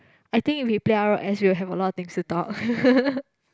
I think if we play r_o_s we will have a lot of things to talk